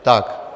Tak.